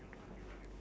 ya